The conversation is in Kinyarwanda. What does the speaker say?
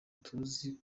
tuzi